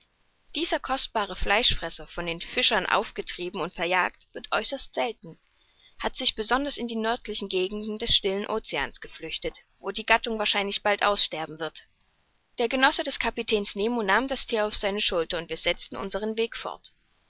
dieser kostbare fleischfresser von den fischern aufgetrieben und verjagt wird äußerst selten hat sich besonders in die nördlichen gegenden des stillen oceans geflüchtet wo die gattung wahrscheinlich bald aussterben wird der genosse des kapitäns nemo nahm das thier auf seine schulter und wir setzten unsern weg fort